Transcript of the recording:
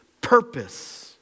purpose